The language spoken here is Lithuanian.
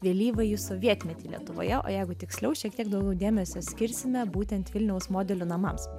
vėlyvąjį sovietmetį lietuvoje o jeigu tiksliau šiek tiek daugiau dėmesio skirsime būtent vilniaus modelių namams